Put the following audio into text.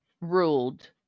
ruled